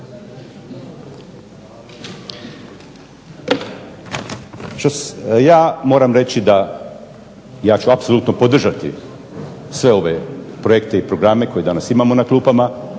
Ja moram reći da ću apsolutno podržati sve ove projekte i programe koje danas imamo na klupama,